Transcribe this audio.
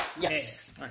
Yes